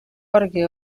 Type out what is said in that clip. orgue